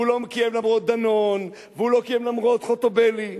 הוא לא קיים למרות דנון והוא לא קיים למרות חוטובלי.